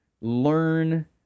learn